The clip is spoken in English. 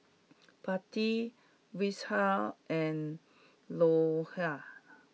Potti Vishal and Rohit